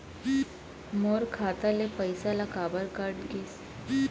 मोर खाता ले पइसा काबर कट गिस?